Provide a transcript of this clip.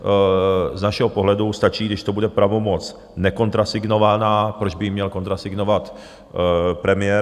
Z našeho pohledu stačí, když to bude pravomoc nekontrasignovaná proč by ji měl kontrasignovat premiér?